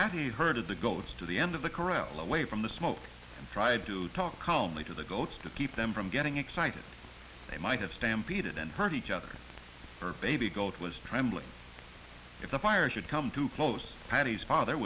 patti heard the goats to the end of the corral away from the smoke and tried to talk calmly to the goats to keep them from getting excited they might have stampeded and hurt each other her baby goat was trembling if the fire should come too close patty's father